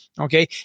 Okay